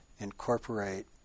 incorporate